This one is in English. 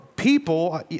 People